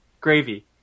gravy